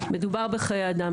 מדובר בחיי אדם,